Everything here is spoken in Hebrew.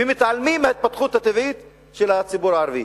ומתעלמים מההתפתחות הטבעית של הציבור הערבי.